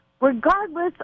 Regardless